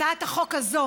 הצעת החוק הזו